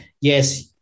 yes